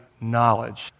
knowledge